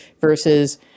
versus